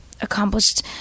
accomplished